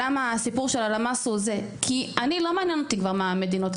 למה הסיפור של הלמ"ס הוא זה כי אותי לא מעניין מה המדינות עושות,